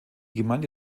gemeinde